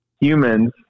humans